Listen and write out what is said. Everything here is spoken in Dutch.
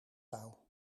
touw